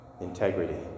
integrity